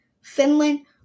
Finland